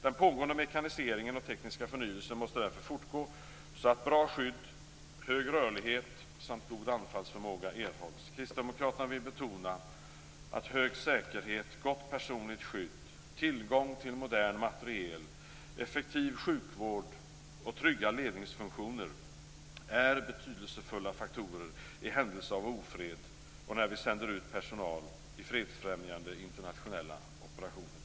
Den pågående mekaniseringen och tekniska förnyelsen måste därför fortgå så att bra skydd, hög rörlighet och god anfallsförmåga erhålls. Kristdemokraterna vill betona att hög säkerhet, gott personligt skydd, tillgång till modern materiel, effektiv sjukvård och trygga ledningsfunktioner är betydelsefulla faktorer i händelse av ofred och när vi sänder ut personal i fredsfrämjande internationella operationer.